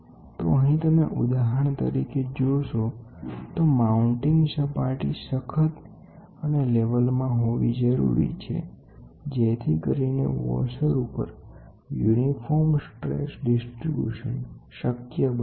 તો અહીં તમે ઉદાહરણ તરીકે જોશો તો માઉંતિંગ સપાટી સખત અને લેવલમાં હોવી જરૂરી છે જેથી કરીને વોસર ઉપર એક સમાન સ્ટ્રેસ વહેંચણી શક્ય બને